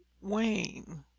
Wayne